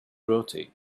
rotate